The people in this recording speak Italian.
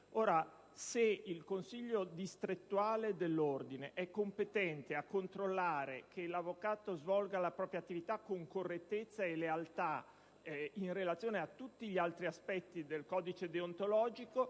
Se il Consiglio distrettuale dell'Ordine è competente a controllare che l'avvocato svolga la propria attività con correttezza e lealtà in relazione a tutti gli altri aspetti del codice deontologico